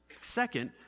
Second